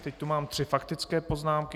Teď tu mám tři faktické poznámky.